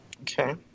Okay